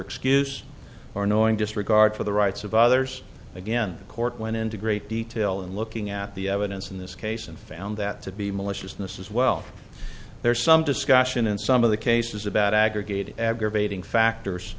excuse or annoying disregard for the rights of others again court went into great detail in looking at the evidence in this case and found that to be maliciousness as well there's some discussion in some of the cases about aggregate aggravating factors